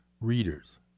readers